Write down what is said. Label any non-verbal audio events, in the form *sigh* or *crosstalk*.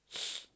*noise*